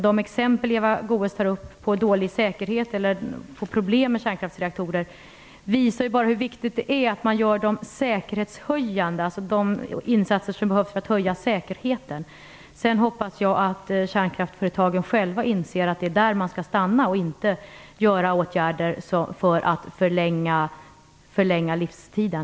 De exempel som Eva Goës tar upp på dålig säkerhet eller på problem med kärnkraftsreaktorer visar bara hur viktigt det är att göra de insatser som behövs för att säkerheten skall höjas. Sedan hoppas jag att kärnkraftsföretagen själva inser att de skall stanna där och inte vidta åtgärder för att förlänga livstiden.